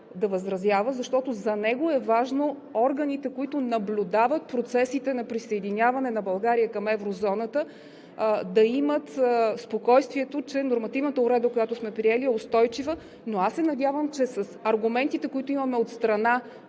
да възразява, защото за него е важно органите, които наблюдават процесите на присъединяване на България към еврозоната, да имат спокойствието, че нормативната уредба, която сме приели, е устойчива. Аз се надявам, че с аргументите, които имаме от страна